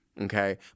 Okay